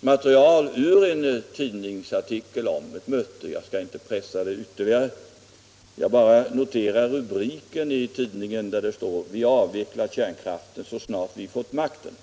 material ur en Om uranförsörjtidningsartikel om ett möte. Jag skall inte pressa ytterligare på den punk = ningen ten. Jag bara noterar rubriken i tidningen, där det står: Vi avvecklar kärnkraften så snart vi fått makten.